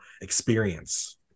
experience